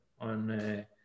on